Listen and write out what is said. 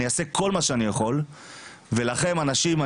אני אעשה כל מה שאני יכול ולכם אנשים,